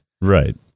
right